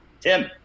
Tim